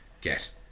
get